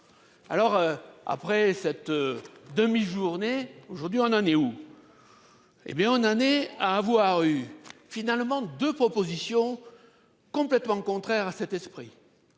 Alors après cette. Demi-journée, aujourd'hui on en est où. Hé bien on en est à avoir eu finalement de propositions. Complètement contraire à cet esprit.